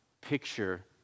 picture